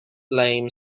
lamp